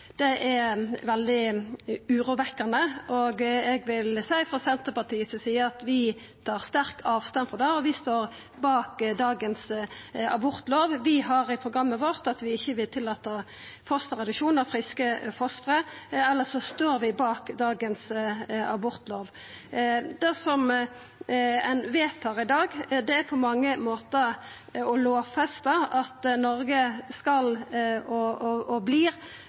det er veldig urovekkjande. Eg vil frå Senterpartiets side seie at vi tar sterkt avstand frå det, og vi står bak dagens abortlov. Vi har i programmet vårt at vi ikkje vil tillata fosterreduksjon av friske foster. Elles står vi bak dagens abortlov. Det ein vedtar i dag, inneber på mange måtar å lovfesta at Noreg blir